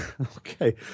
okay